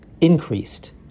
increased